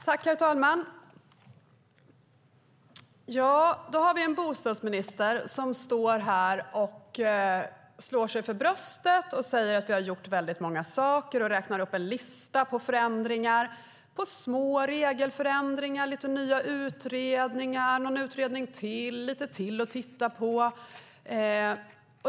Herr talman! Vi har en bostadsminister som står här och slår sig för bröstet och säger att man har gjort väldigt många saker. Han räknar upp en lista på förändringar. Det är små regelförändringar, lite nya utredningar, någon utredning till - och lite till att titta på.